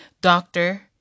doctor